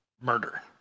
murder